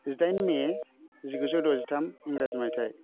जिदाइन मे जिगुजौ द'जिथाम इंराजि मायथाइ